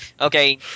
Okay